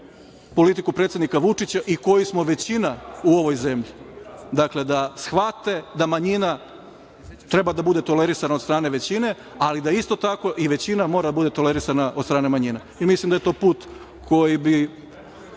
politiku predsednika Vučića i koji smo većina u ovoj zemlji. Dakle, da shvate da manjina treba da bude tolerisana od strane većine, ali da isto tako i većina mora da bude tolerisana od strane manjine. Mislim da je to put koji bi